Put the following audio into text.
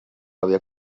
havia